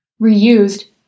reused